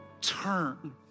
turn